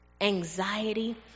anxiety